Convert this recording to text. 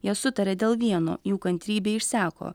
jie sutarė dėl vieno jų kantrybė išseko